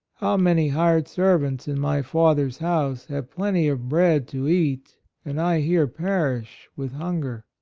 many hired servants in my father's house have plenty of bread to eat and i here perish with hunger.